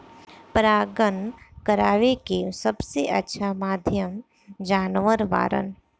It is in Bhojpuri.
परागण करावेके सबसे अच्छा माध्यम जानवर बाड़न